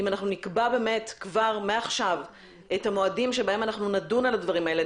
אם אנחנו נקבע כבר מעכשיו את המועדים שבהם אנחנו נדון על הדברים האלה,